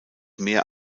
mehr